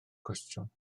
cwestiwn